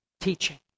teaching